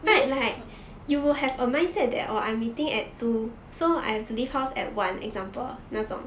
that means